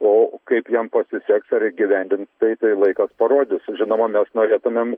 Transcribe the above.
o kaip jam pasiseks įgyvendint tai tai laikas parodys žinoma mes norėtumėm